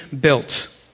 built